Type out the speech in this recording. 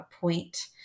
point